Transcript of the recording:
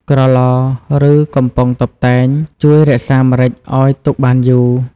ក្រឡ ឬ កំប៉ុងតុបតែង ជួយរក្សាម្រេចឱ្យទុកបានយូរ។